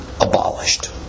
abolished